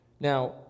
Now